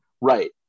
Right